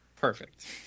Perfect